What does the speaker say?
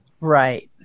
right